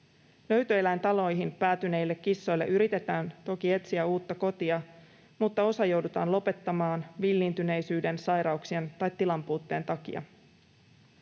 Löytöeläintaloihin päätyneille kissoille yritetään toki etsiä uutta kotia, mutta osa joudutaan lopettamaan villiintyneisyyden, sairauksien tai tilanpuutteen takia.